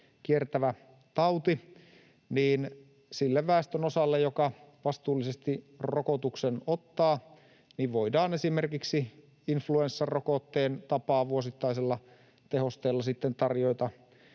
kiertävä tauti, sille väestönosalle, joka vastuullisesti rokotuksen ottaa, voidaan esimerkiksi influenssarokotteen tapaan vuosittaisella tehosteella tarjota